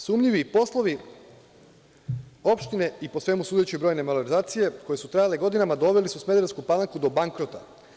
Sumnjivi poslovi opštine i po svemu sudeći brojne malverzacije koje su trajale godinama, dovele su Smederevsku Palanku do bankrota.